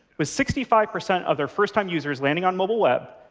with sixty five percent of their first-time users landing on mobile web,